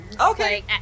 Okay